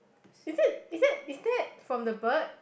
is it is it is that from the bird